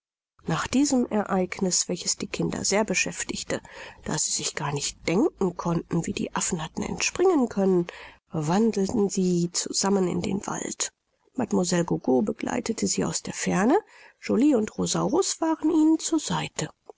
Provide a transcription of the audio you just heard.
nach diesem ereigniß welches die kinder sehr beschäftigte da sie sich gar nicht denken konnten wie die affen hatten entspringen können wandelten sie zusammen in den wald mlle gogo begleitete sie aus der ferne joly und rosaurus waren ihnen zur seite